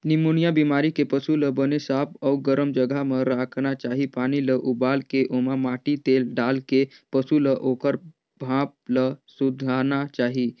pneumonia बेमारी के पसू ल बने साफ अउ गरम जघा म राखना चाही, पानी ल उबालके ओमा माटी तेल डालके पसू ल ओखर भाप ल सूंधाना चाही